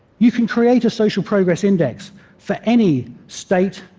you can create a social progress index for any state,